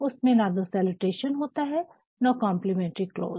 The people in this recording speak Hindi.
उसमे न तो सैलूटेशन होता है न कम्प्लीमेंटरी क्लोज